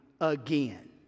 again